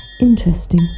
Interesting